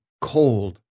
cold